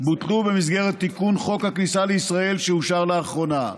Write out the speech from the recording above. בוטלו במסגרת תיקון חוק הכניסה לישראל שאושר לאחרונה.